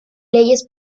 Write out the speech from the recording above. leyes